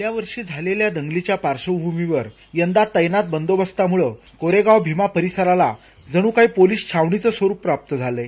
गेल्या वर्षी झालेल्या दंगलीच्या पार्क्षभूमीवर यंदा तैनात बंदोबस्तामुळं कोरेगाव भीमा परिसराला जणूकाही छावणीचं स्वरुपच प्राप्त झालं आहे